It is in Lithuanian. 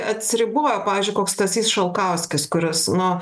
atsiribojo pavyzdžiui koks stasys šalkauskis kuris nu